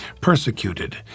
persecuted